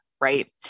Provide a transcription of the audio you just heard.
right